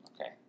okay